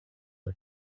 are